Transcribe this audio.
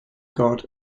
god